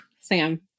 Sam